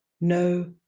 no